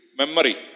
memory